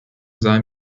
sei